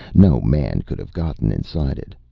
no man could have gotten inside it.